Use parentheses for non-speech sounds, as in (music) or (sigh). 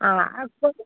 ആ ആ (unintelligible)